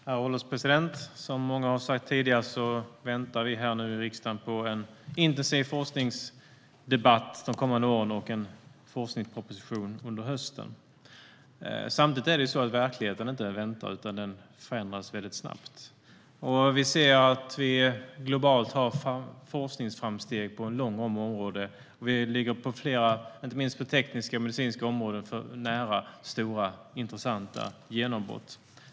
Herr ålderspresident! Som många har sagt tidigare väntar vi nu här i riksdagen på en intensiv forskningsdebatt de kommande åren och en forskningsproposition under hösten. Samtidigt är det så att verkligheten inte väntar, utan den förändras väldigt snabbt. Globalt gör vi forskningsframsteg på en lång rad områden. Vi ligger på flera områden, inte minst det tekniskmedicinska, nära stora intressanta genombrott.